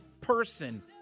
person